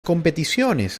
competiciones